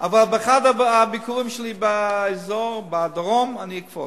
אבל באחד מהביקורים שלי באזור הדרום אני אקפוץ.